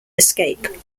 escape